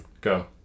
Go